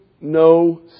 no